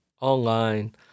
online